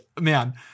man